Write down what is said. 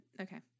Okay